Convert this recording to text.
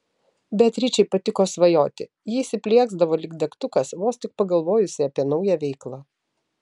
beatričei patiko svajoti ji įsiplieksdavo lyg degtukas vos tik pagalvojusi apie naują veiklą